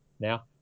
now